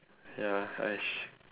ya !hais!